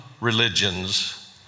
religions